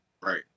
Right